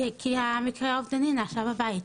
כי המקרה האובדני נעשה בבית,